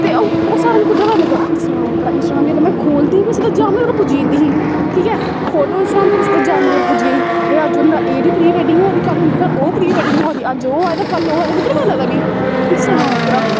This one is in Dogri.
ते ओह् सारा मीं कुद्धरा पता लग्गेआ इंस्टग्राम उप्पर इंस्टाग्राम जेल्लै में खोह्लदी ही में सिद्धै जामनगर पुज्जी जंदी ही ठीक ऐ खोह्लो इंस्टाग्राम ते सिद्धै जामनगर पुज्जी गेई एह् अज्ज उं'दी एह्दी प्री वेडिंग होआ दी कल उं'दे घर ओह् प्री वेडिंग होआ दी अज्ज ओह् हो आ ते कल ओह् होआ ते कुद्धर पता लगदा मीं इंस्टाग्राम उप्परा